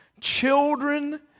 children